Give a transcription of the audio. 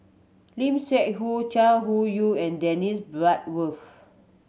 Lim Seok Hu Chai Hu Yoong and Dennis Bloodworth